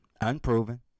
unproven